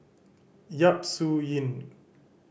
Yap Su Yin